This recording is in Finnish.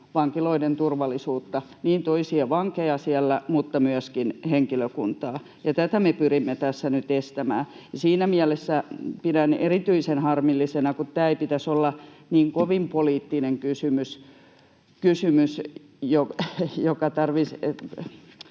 vankiloiden turvallisuutta, niin toisia vankeja siellä mutta myöskin henkilökuntaa kohtaan, ja tätä me pyrimme tässä nyt estämään. Siinä mielessä pidän tätä erityisen harmillisena, kun tämän ei pitäisi olla niin kovin poliittinen kysymys, jota tarvitsisi